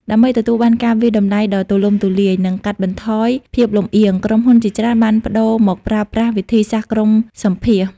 ដើម្បីទទួលបានការវាយតម្លៃដ៏ទូលំទូលាយ និងកាត់បន្ថយភាពលំអៀង ក្រុមហ៊ុនជាច្រើនបានប្ដូរមកប្រើប្រាស់វិធីសាស្ត្រក្រុមសម្ភាសន៍។